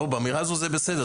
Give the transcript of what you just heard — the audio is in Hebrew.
לא, באמירה הזאת זה בסדר.